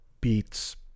beats